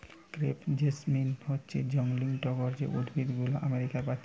crepe jasmine হচ্ছে জংলি টগর যে উদ্ভিদ গুলো আমেরিকা পাচ্ছি